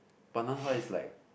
but nan hua is like